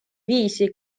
viisi